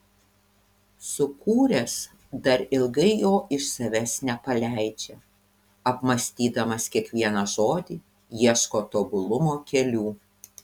sukūręs dar ilgai jo iš savęs nepaleidžia apmąstydamas kiekvieną žodį ieško tobulumo kelių